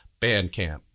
Bandcamp